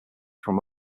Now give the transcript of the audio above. from